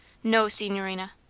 no, signorina.